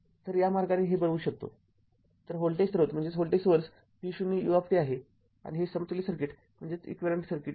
तरया मार्गाने हे बनवू शकतो तर व्होल्टेज स्रोत v0 u आहे आणि ते समतुल्य सर्किट आहे